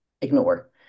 Ignore